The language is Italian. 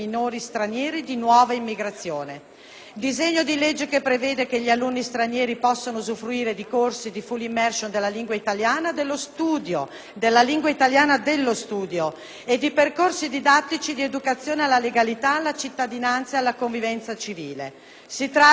Disegno di legge che prevede che gli alunni stranieri possano usufruire di corsi di *full immersion* nella lingua italiana dello studio e di percorsi didattici di educazione alla legalità, alla cittadinanza ed alla convivenza civile. Si tratta di un disegno di legge di buon senso.